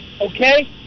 okay